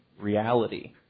reality